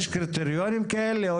יש קריטריונים כאלה,